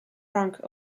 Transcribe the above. rank